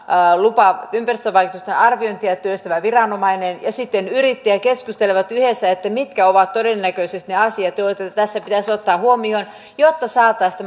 ympäristövaikutusten arviointia työstävä viranomainen ja yrittäjä keskustelevat yhdessä mitkä ovat todennäköisesti ne asiat joita tässä pitäisi ottaa huomioon jotta saataisiin